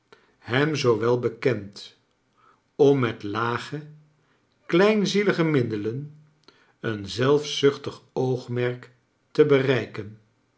hem zoo wel bekend om met lage kleinzielige niiddelen een zelfzuchtig oogmerk te bereiken